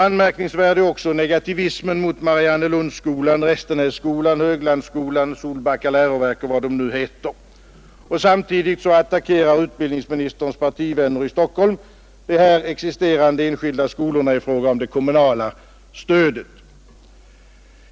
Anmärkningsvärd är också negativismen mot Mariannelundsskolan, Restenässkolan, Höglandsskolan, Solbacka läroverk och vad de nu heter. Samtidigt attackerar utbildningsministerns partivänner i Stockholm de där existerande enskilda skolorna i fråga om det kommunala stödet.